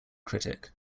critic